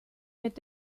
mit